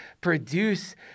produce